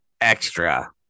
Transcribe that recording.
Extra